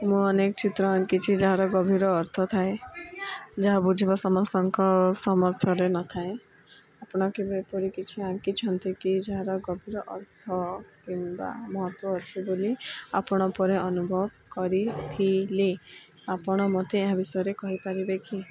ମୁଁ ଅନେକ ଚିତ୍ର ଆଙ୍କିଛି ଯାହାର ଗଭୀର ଅର୍ଥ ଥାଏ ଯାହା ବୁଝିବ ସମସ୍ତଙ୍କ ସମର୍ଥରେ ନଥାଏ ଆପଣ କେବେ ଏପରି କିଛି ଆଙ୍କିଛନ୍ତି କି ଯାହାର ଗଭୀର ଅର୍ଥ କିମ୍ବା ମହତ୍ଵ ଅଛି ବୋଲି ଆପଣ ପରେ ଅନୁଭବ କରିଥିଲେ ଆପଣ ମତେ ଏହା ବିଷୟରେ କହିପାରିବେ କି